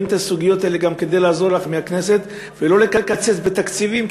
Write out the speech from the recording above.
הסוגיות האלה וגם כדי לעזור לך מהכנסת שלא יקצצו בתקציבים,